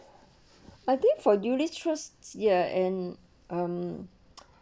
I think for unit trusts ya and um